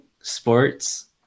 sports